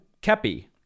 Kepi